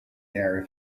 there